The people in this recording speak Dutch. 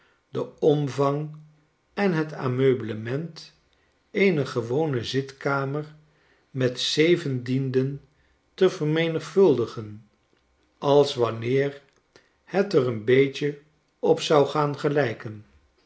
den omvang enhetmeublement eener gewone zitkamer met zeven diendente vermenigvuldigen als wanneer het er een beetje op zou gaan gelijken